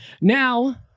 Now